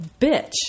Bitch